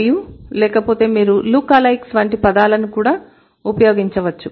మరియు లేకపోతే మీరు లుక్ అలైక్స్ వంటి పదాలను కూడా ఉపయోగించవచ్చు